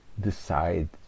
decide